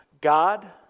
God